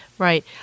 Right